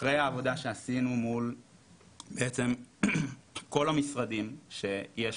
אחרי העבודה שעשינו מול כל המשרדים שיש